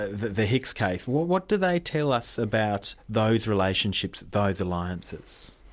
the hicks, case, what what do they tell us about those relationships, those alliances?